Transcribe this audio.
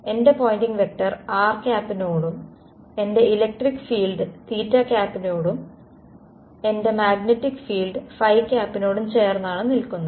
എന്റെ Poynting vector rനോടും എന്റെ ഇലക്ടിക് ഫീൾഡ് യോടും എന്റെ മാഗ്നെറ്റിക് ഫീൾഡ് നോടും ചേർന്നാണ് നിൽക്കുന്നത്